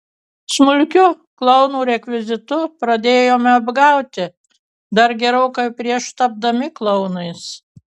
smulkiu klounų rekvizitu pradėjome apgauti dar gerokai prieš tapdami klounais